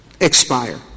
expire